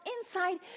inside